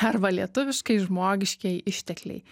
arba lietuviškai žmogiškieji ištekliai